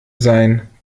sein